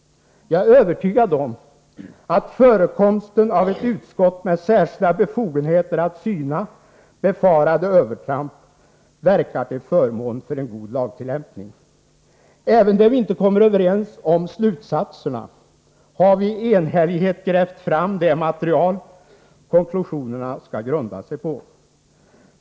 Jag är övertygad om att förekomsten av ett utskott med särskilda befogenheter att syna befarade övertramp verkar till förmån för en god lagtillämpning. Även där vi inte kommer överens om slutsatserna har vi i enhällighet grävt fram det material konklusionerna skall grunda sig på.